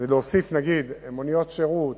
להוסיף, נגיד, מוניות שירות